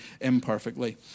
imperfectly